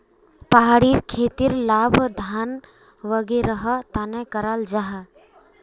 पहाड़ी खेतीर लाभ धान वागैरहर तने कराल जाहा